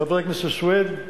חבר הכנסת סוייד,